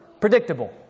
Predictable